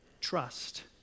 Trust